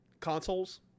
consoles